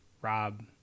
Rob